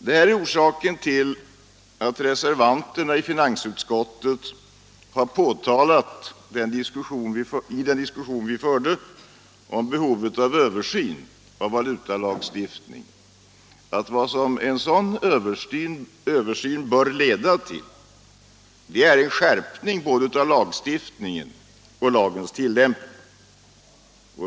Det här är orsaken till att reservanterna i finansutskottet i den diskussion vi förde om behovet av översyn av valutalagstiftningen framhöll att vad en sådan översyn bör leda till är en skärpning av vår lagstiftning och av lagens tillämpning.